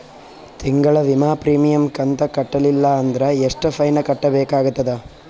ತಿಂಗಳ ವಿಮಾ ಪ್ರೀಮಿಯಂ ಕಂತ ಕಟ್ಟಲಿಲ್ಲ ಅಂದ್ರ ಎಷ್ಟ ಫೈನ ಕಟ್ಟಬೇಕಾಗತದ?